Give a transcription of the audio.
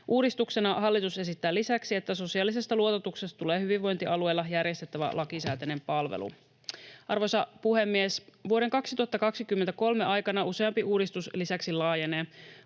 Uudistuksena hallitus esittää lisäksi, että sosiaalisesta luototuksesta tulee hyvinvointialueilla järjestettävä lakisääteinen palvelu. Arvoisa puhemies! Vuoden 2023 aikana useampi uudistus lisäksi laajenee.